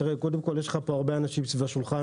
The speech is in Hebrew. קודם כל יש לך פה הרבה אנשים סביב השולחן